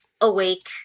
awake